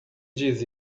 diz